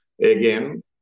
Again